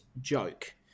joke